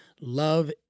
Love